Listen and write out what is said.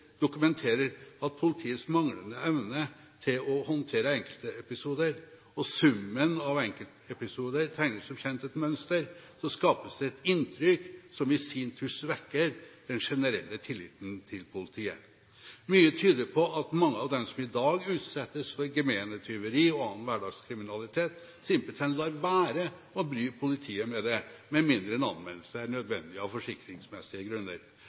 politiets manglende evne til å håndtere enkeltepisoder, og summen av enkeltepisoder tegner som kjent et mønster, skapes det et inntrykk som i sin tur svekker den generelle tilliten til politiet. Mye tyder på at mange av dem som i dag utsettes for gemene tyverier og annen hverdagskriminalitet, simpelthen lar være å bry politiet med det, med mindre en anmeldelse er nødvendig av forsikringsmessige grunner.